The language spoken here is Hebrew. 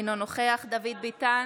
אינו נוכח דוד ביטן,